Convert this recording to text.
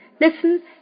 Listen